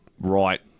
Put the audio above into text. right